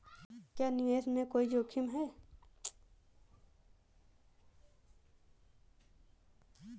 क्या निवेश में कोई जोखिम है?